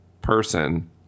person